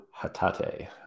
Hatate